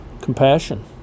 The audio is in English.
compassion